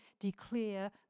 declare